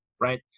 right